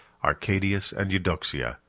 arcadius and eudoxia,